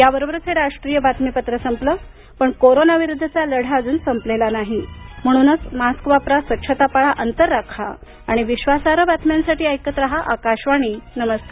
याबरोबरच हे राष्ट्रीय बातमीपत्र संपलं पण कोरोना विरुद्धचा लढा अजून संपलेला नाही म्हणूनच मास्क वापरा स्वच्छता पाळा अंतर राखा आणि विश्वासार्ह बातम्यांसाठी ऐकत रहा आकाशवाणी नमस्कार